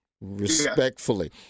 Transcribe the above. respectfully